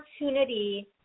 opportunity